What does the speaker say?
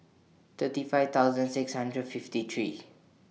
thirty five thousand six hundred fifty three